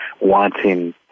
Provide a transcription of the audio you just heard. wanting